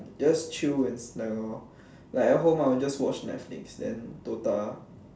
just chill and slack lor like at home I will just watch netflix then DOTA